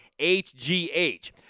HGH